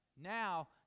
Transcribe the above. now